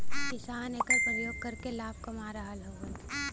किसान एकर परियोग करके लाभ कमा रहल हउवन